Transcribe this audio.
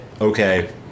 Okay